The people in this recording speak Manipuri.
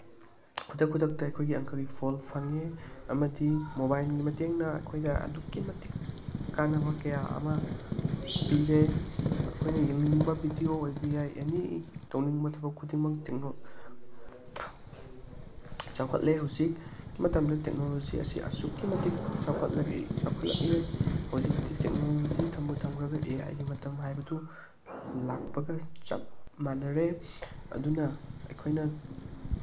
ꯈꯨꯗꯛ ꯈꯨꯗꯛꯇ ꯑꯩꯈꯣꯏꯒꯤ ꯑꯪꯀꯒꯤ ꯐꯣꯜ ꯐꯪꯉꯦ ꯑꯃꯗꯤ ꯃꯣꯕꯥꯏꯜꯒꯤ ꯃꯇꯦꯡꯅ ꯑꯩꯈꯣꯏꯗ ꯑꯗꯨꯛꯀꯤ ꯃꯇꯤꯛ ꯀꯥꯟꯅꯕ ꯀꯌꯥ ꯑꯃ ꯄꯤꯔꯦ ꯑꯩꯈꯣꯏꯅ ꯌꯦꯡꯅꯤꯡꯕ ꯚꯤꯗꯤꯌꯣ ꯑꯣꯏꯕ ꯌꯥꯏ ꯑꯦꯅꯤ ꯇꯧꯅꯤꯡꯕ ꯊꯕꯛ ꯈꯨꯗꯤꯡꯃꯛ ꯆꯥꯎꯈꯠꯂꯦ ꯍꯧꯖꯤꯛ ꯃꯇꯝꯗ ꯇꯦꯛꯅꯣꯂꯣꯖꯤ ꯑꯁꯤ ꯑꯁꯨꯛꯀꯤ ꯃꯇꯤꯛ ꯆꯥꯎꯈꯠꯂꯛꯂꯦ ꯍꯧꯖꯤꯛꯇꯤ ꯇꯦꯛꯅꯣꯂꯣꯖꯤ ꯊꯝꯕꯨ ꯊꯝꯈ꯭ꯔꯒ ꯑꯦꯑꯥꯏꯒꯤ ꯃꯇꯝ ꯍꯥꯏꯕꯗꯨ ꯂꯥꯛꯄꯒ ꯆꯞ ꯃꯥꯅꯔꯦ ꯑꯗꯨꯅ ꯑꯩꯈꯣꯏꯅ